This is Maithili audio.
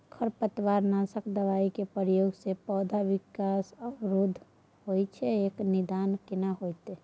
खरपतवार नासक दबाय के प्रयोग स पौधा के विकास अवरुध होय छैय एकर निदान केना होतय?